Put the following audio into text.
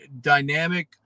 dynamic